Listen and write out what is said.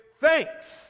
thanks